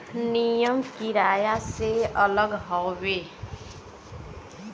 नियम किराया से अलग हउवे